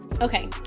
Okay